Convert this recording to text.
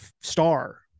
star